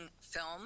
film